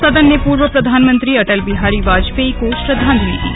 सदन ने पूर्व प्रधानमंत्री अटल बिहारी वाजपेयी को श्रद्वांजलि दी